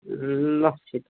ल